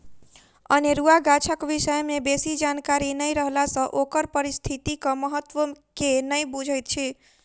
अनेरुआ गाछक विषय मे बेसी जानकारी नै रहला सँ ओकर पारिस्थितिक महत्व के नै बुझैत छी